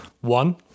one